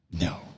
No